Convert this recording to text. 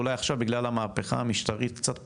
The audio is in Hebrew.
אולי עכשיו בגלל המהפכה המשטרית קצת פחות,